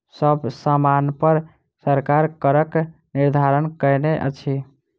सब सामानपर सरकार करक निर्धारण कयने अछि